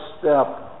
step